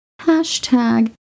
hashtag